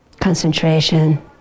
concentration